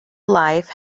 life